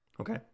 Okay